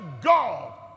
God